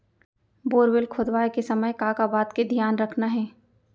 Borewell खोदवाए के समय का का बात के धियान रखना हे?